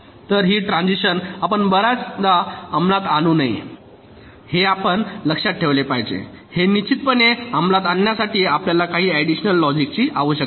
तर ही ट्रान्सिशन आपण बर्याचदा अंमलात आणू नये हे आपण लक्षात ठेवले पाहिजे हे निश्चितपणे अंमलात आणण्यासाठी आपल्याला काही ऍडिशनल लॉजिकची आवश्यक आहे